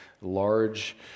large